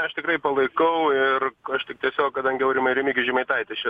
aš tikrai palaikau ir aš tik tiesiog kadangi aurimai remigijus žemaitaitis čia